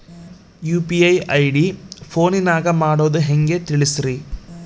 UPI ID ಫೋನಿನಾಗ ಮಾಡೋದು ಹೆಂಗ ತಿಳಿಸ್ರಿ?